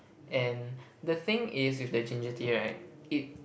and the thing is with the ginger tea right it